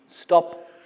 stop